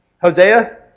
Hosea